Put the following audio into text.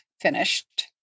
finished